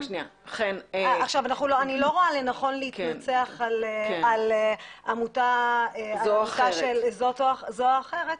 אני לא רואה לנכון להתנצח על עמותה זו או אחרת,